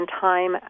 time